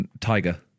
Tiger